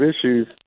issues